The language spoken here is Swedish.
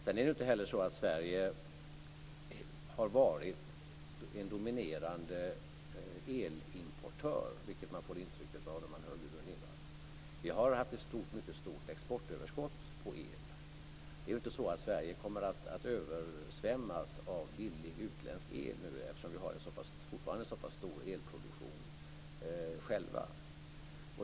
Sedan är det inte heller så att Sverige har varit en dominerande elimportör, vilket man får intrycket av när man hör Gudrun Lindvall. Vi har haft ett mycket stort exportöverskott på el. Det är inte så att Sverige nu kommer att översvämmas av billig utländsk el. Vi har fortfarande en så pass stor elproduktion själva.